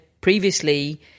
previously